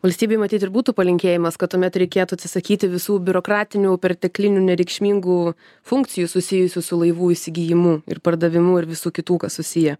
valstybei matyt ir būtų palinkėjimas kad tuomet reikėtų atsisakyti visų biurokratinių perteklinių nereikšmingų funkcijų susijusių su laivų įsigijimu ir pardavimu ir visų kitų kas susiję